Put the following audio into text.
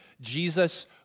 Jesus